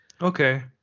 Okay